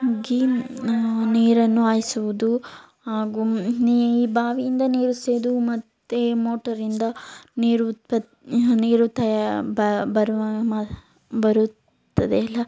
ಗಿ ನೀರನ್ನು ಹಾಯಿಸುವುದು ಹಾಗೂ ನೀ ಬಾವಿಯಿಂದ ನೀರು ಸೇದು ಮತ್ತೆ ಮೋಟರಿಂದ ನೀರು ಉತ್ಪತ್ತಿ ನೀರು ತಯಾ ಬರುವ ಬರುತ್ತದೆಲ್ಲ